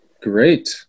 Great